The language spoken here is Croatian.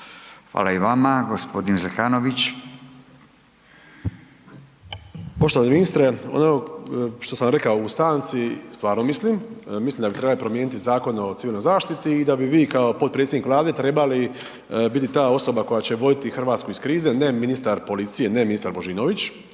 **Zekanović, Hrvoje (HRAST)** Poštovani ministre, ono što sam rekao u stanci stvarno mislim. Mislim da bi trebali promijeniti Zakon o civilnoj zaštiti i da bi vi kao potpredsjednik Vlade trebali biti ta osoba koja će voditi RH iz krize, ne ministar policije, ne ministar Božinović,